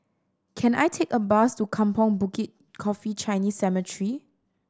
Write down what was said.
can I take a bus to Kampong Bukit Coffee Chinese Cemetery